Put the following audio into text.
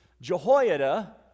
Jehoiada